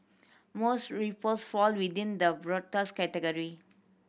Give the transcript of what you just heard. most rapes fall within the broadest category